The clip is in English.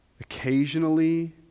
occasionally